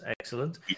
excellent